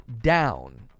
down